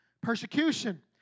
persecution